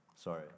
Sorry